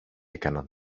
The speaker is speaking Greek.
έκαναν